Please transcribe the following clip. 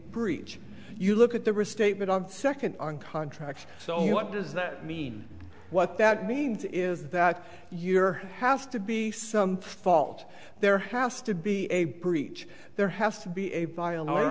breach you look at the restatement on second on contract so what does that mean what that means is that your has to be some fault there has to be a breach there has to be a violent or